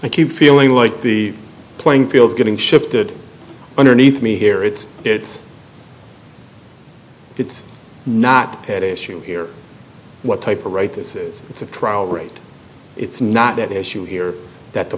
you feeling like the playing field getting shifted underneath me here it's it's it's not the issue here what type of right this is it's a trial rate it's not that issue here that the